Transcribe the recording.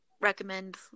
recommend